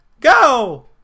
go